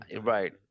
right